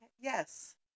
Yes